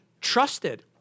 trusted